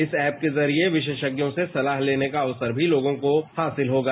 इस ऐप के जरिए विशेषज्ञों से सलाह लेने का अवसर भी लोगों को हासिल होगा